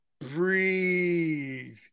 Breathe